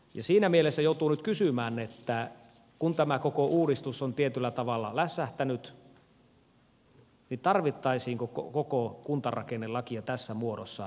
siinä mielessä joutuu nyt kysymään että kun tämä koko uudistus on tietyllä tavalla lässähtänyt niin tarvittaisiinko koko kuntarakennelakia tässä muodossaan ainakaan